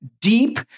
deep